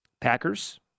Packers